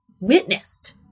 witnessed